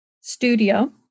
studio